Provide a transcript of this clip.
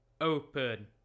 open